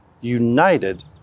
united